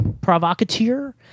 provocateur